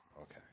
Okay